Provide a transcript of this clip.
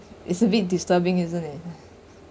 it's a bit disturbing isn't it